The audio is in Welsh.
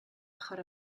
ochr